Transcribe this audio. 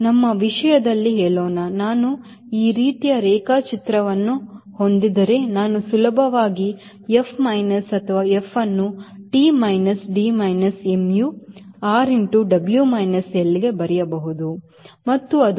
ನಮ್ಮ ವಿಷಯದಲ್ಲಿ ಹೇಳೋಣ ನಾನು ಈ ರೀತಿಯ ರೇಖಾಚಿತ್ರವನ್ನು ಹೊಂದಿದ್ದರೆ ನಾನು ಸುಲಭವಾಗಿ F minus ಅಥವಾ Fಅನ್ನು T minus D minus mu R into W minus L ಗೆ ಬರೆಯಬಹುದು ಮತ್ತು ಅದು m dV by dt